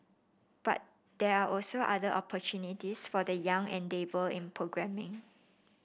but there are also other opportunities for the young and dabble in programming